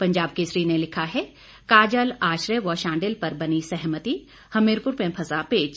पंजाब केसरी ने लिखा है काजल आश्रय व शांडिल पर बनी सहमति हमीरपुर में फंसा पेंच